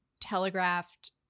telegraphed